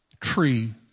tree